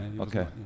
okay